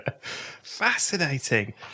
Fascinating